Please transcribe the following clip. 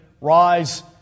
Rise